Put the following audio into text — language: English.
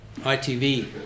ITV